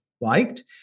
liked